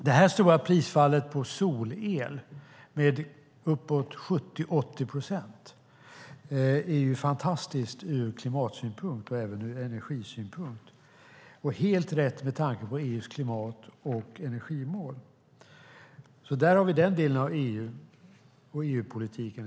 Det här stora prisfallet på solel med uppåt 70-80 procent är fantastiskt ur klimatsynpunkt och även ur energisynpunkt och helt rätt med tanke på EU:s klimat och energimål. Där har vi den delen av EU och EU-politiken.